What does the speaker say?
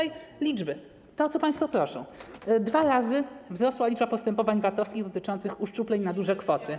I liczby, to, o co państwo proszą: dwa razy wzrosła liczba postępowań VAT-owskich dotyczących uszczupleń na duże kwoty.